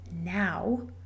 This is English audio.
now